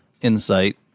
insight